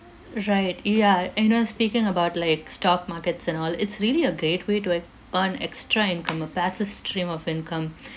right ya you know speaking about like stock markets and all it's really a great way to ec~ earn extra income a passive stream of income